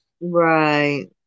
Right